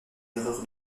erreur